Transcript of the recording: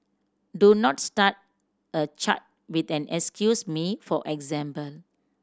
do not start a chat with an excuse me for example